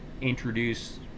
introduce